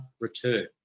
return